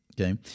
okay